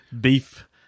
beef